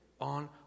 on